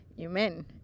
Amen